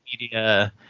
media